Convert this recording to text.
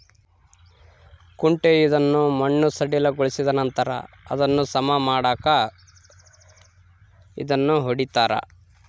ಕುಂಟೆ ಇದನ್ನು ಮಣ್ಣು ಸಡಿಲಗೊಳಿಸಿದನಂತರ ಅದನ್ನು ಸಮ ಮಾಡಾಕ ಇದನ್ನು ಹೊಡಿತಾರ